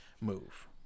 move